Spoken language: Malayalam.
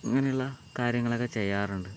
അങ്ങനെ ഉള്ള കാര്യങ്ങളൊക്കെ ചെയ്യാറുണ്ട്